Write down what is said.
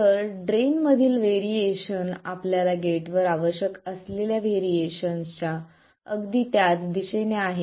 तर ड्रेन मधील व्हेरिएशन आपल्याला गेटवर आवश्यक असलेल्या व्हेरिएशनच्या अगदी त्याच दिशेने आहे